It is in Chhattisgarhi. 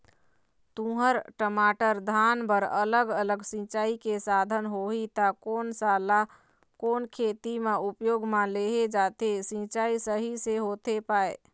तुंहर, टमाटर, धान बर अलग अलग सिचाई के साधन होही ता कोन सा ला कोन खेती मा उपयोग मा लेहे जाथे, सिचाई सही से होथे पाए?